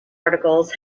articles